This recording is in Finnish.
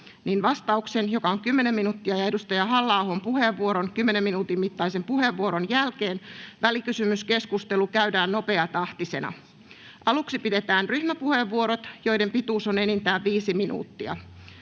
vastauksen, joka on 10 minuuttia, ja Jussi Halla-ahon 10 minuutin mittaisen puheenvuoron jälkeen välikysymyskeskustelu käydään nopeatahtisena. Aluksi pidetään ryhmäpuheenvuorot, joiden pituus on enintään 5 minuuttia.